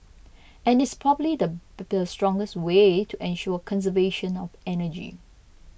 and it's probably the strongest way to ensure conservation of energy